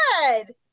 Good